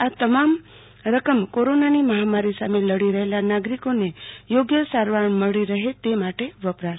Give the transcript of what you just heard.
આ તમામ રકમ કોરોનાની મહામારી સામે લડી રહેલા નાગરિકોને યોગ્ય સારવાર મળી રહે તે માટે વપરાશે